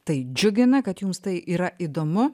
tai džiugina kad jums tai yra įdomu